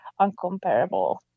uncomparable